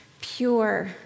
pure